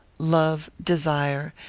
love, desire,